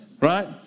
right